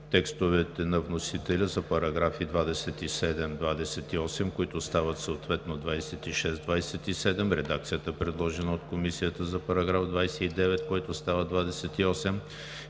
текстовете на вносителя за параграфи 27, 28, които стават съответно параграфи 26 и 27; редакцията, предложена от Комисията за § 29, който става §